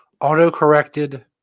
auto-corrected